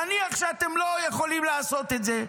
נניח שאתם לא יכולים לעשות את זה,